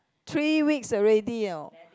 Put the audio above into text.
three weeks already know